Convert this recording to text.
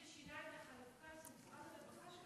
מי ששינה את החלוקה זה משרד הרווחה,